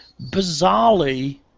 Bizarrely